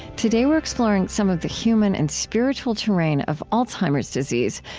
today, we're exploring some of the human and spiritual terrain of alzheimer's disease,